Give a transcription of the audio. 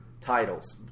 titles